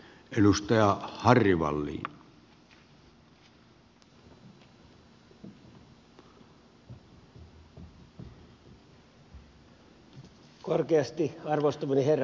edustaja harry wallin